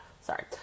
Sorry